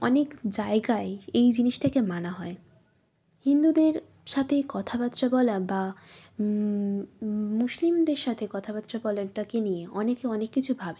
অনেক জায়গায় এই জিনিসটাকে মানা হয় হিন্দুদের সাথে কথাবার্তা বলা বা মুসলিমদের সাথে কথাবার্তা বলাটাকে নিয়ে অনেকে অনেক কিছু ভাবে